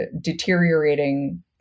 deteriorating